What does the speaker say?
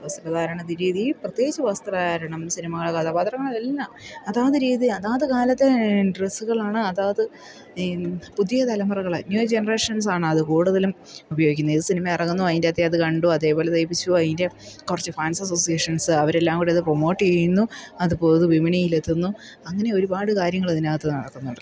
വസ്ത്രധാരണരീതി പ്രത്യേകിച്ച് വസ്ത്രധാരണം സിനിമകൾ കഥാപാത്രങ്ങൾ അതെല്ലാം അതാത് രീതി അതാതു കാലത്തെ ഡ്രസ്സുകളാണ് അതാത് പുതിയ തലമുറകളെ ന്യൂ ജനറേഷൻസാണത് കൂടുതലും ഉപയോഗിക്കുന്നെ ഏതു സിനിമയിറങ്ങുന്നു അതിൻ്റകത്തെ അത് കണ്ടു അതേപോലെ തയ്പ്പിച്ചു അതിൻ്റെ കുറച്ച് ഫാൻസ് അസോസിയേഷൻസ് അവരെല്ലാംകൂടി അത് പ്രൊമോട്ട് ചെയ്യുന്നു അത് പൊതുവിപണിയിൽ എത്തുന്നു അങ്ങനെ ഒരുപാട് കാര്യങ്ങൾ ഇതിനകത്ത് നടത്തുന്നുണ്ടല്ലോ